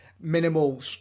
minimal